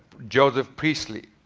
joseph priestley.